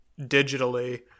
digitally